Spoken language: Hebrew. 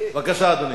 בבקשה, אדוני.